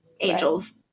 Angel's